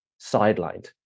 sidelined